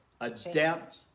Adapt